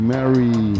Mary